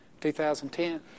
2010